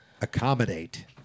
Accommodate